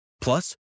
Plus